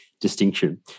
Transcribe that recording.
distinction